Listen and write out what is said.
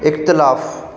इख़्तिलाफ़ु